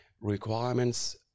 requirements